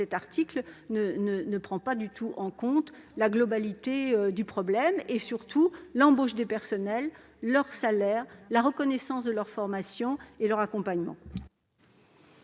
Cet article ne prend pas du tout en compte la globalité du problème et surtout l'embauche des personnels, leur salaire, la reconnaissance de leur formation et leur accompagnement.